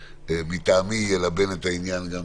מטעמי ילבן את העניין גם